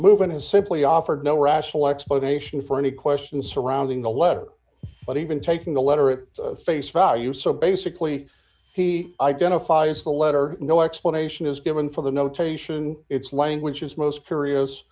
t is simply offered no rational explanation for any questions surrounding the letter but even taking the letter at face value so basically he identifies the letter no explanation is given for the notation its language is most c